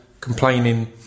complaining